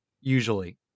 usually